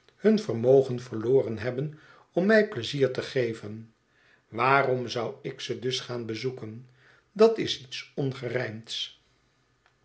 hun vermogen verloren hebben om mij pleizier te geven waarom zou ik ze dus gaan bezoeken dat is iets ongerijmds